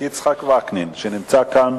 בנובמבר 2009 נרצח בצפון נהג מונית.